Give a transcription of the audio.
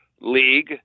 league